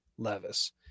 Levis